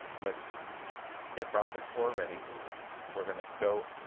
let's get process explorer ready we're gonna go